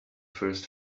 first